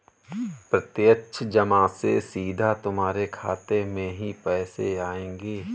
प्रत्यक्ष जमा से सीधा तुम्हारे खाते में ही पैसे आएंगे